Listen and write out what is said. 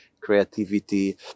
creativity